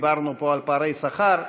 דיברנו פה על פערי שכר: